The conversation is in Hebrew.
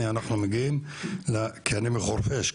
כי אני מחורפיש,